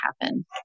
happen